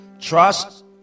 Trust